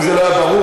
אם זה לא היה ברור,